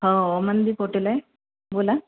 हो हो अमनदीप हॉटेल आहे बोला